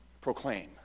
proclaim